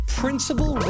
principal